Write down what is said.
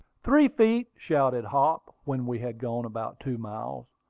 three feet! shouted hop, when we had gone about two miles.